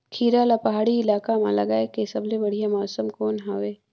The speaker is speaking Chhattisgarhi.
खीरा ला पहाड़ी इलाका मां लगाय के सबले बढ़िया मौसम कोन हवे?